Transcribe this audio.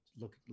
look